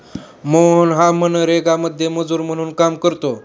मोहन हा मनरेगामध्ये मजूर म्हणून काम करतो